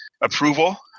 approval